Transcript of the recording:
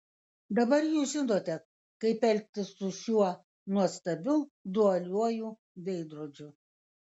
dabar jūs žinote kaip elgtis su šiuo nuostabiu dualiuoju veidrodžiu